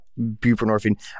buprenorphine